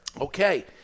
Okay